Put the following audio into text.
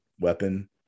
weapon